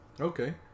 Okay